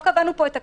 קבענו פה את הקנסות,